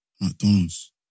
McDonald's